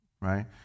right